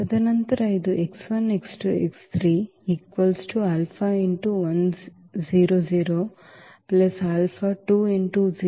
ತದನಂತರ ಇದು